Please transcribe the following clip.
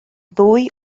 ddwy